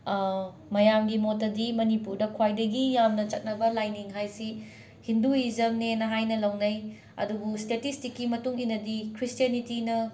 ꯃꯌꯥꯝꯒꯤ ꯃꯣꯠꯇꯗꯤ ꯃꯅꯤꯄꯨꯔꯗ ꯈ꯭ꯋꯥꯏꯗꯒꯤ ꯌꯥꯝꯅ ꯆꯠꯅꯕ ꯂꯥꯏꯅꯤꯡ ꯍꯥꯏꯁꯤ ꯍꯤꯟꯗꯨꯢꯖꯝꯅꯦꯅ ꯍꯥꯏꯅ ꯂꯧꯅꯩ ꯑꯗꯨꯕꯨ ꯁ꯭ꯇꯦꯇꯤꯁꯇꯤꯛꯀꯤ ꯃꯇꯨꯡ ꯏꯟꯅꯗꯤ ꯒ꯭ꯔꯤꯁꯇ꯭ꯌꯥꯅꯤꯇꯤꯅ